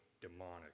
demonic